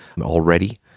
already